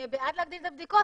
אני בעד להגדיל את הבדיקות,